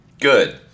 Good